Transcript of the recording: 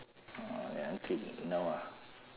until now ah